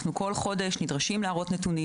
אנחנו נדרשים להראות בכל חודש נתונים